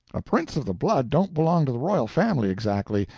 a prince of the blood don't belong to the royal family exactly,